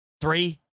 Three